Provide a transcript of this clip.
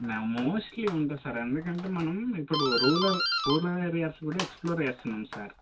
mostly ఉంటుంది sir ఎందుకంటే మనం ఇప్పుడు రూరల్ రూరల్ ఏరియాస్లో కూడా ఎక్స్ప్లోర్ చేస్తున్నాం సార్